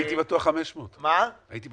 הייתי בטוח 500. כן.